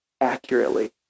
accurately